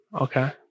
Okay